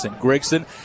Gregson